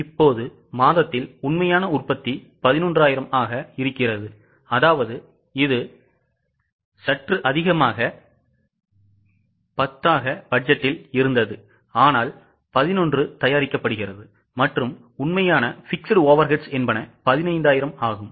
இப்போது மாதத்தில் உண்மையான உற்பத்தி 11000அதாவது இது சற்று அதிகமாக 10 ஆக பட்ஜெட்டில் இருந்ததுஆனால் 11 தயாரிக்கப்படுகிறது மற்றும் உண்மையான fixed overheads என்பன 15000 ஆகும்